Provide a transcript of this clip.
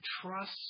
trust